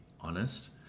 honest